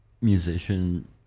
musician